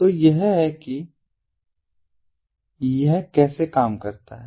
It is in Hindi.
तो यह है कि यह कैसे काम करता है